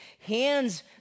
hands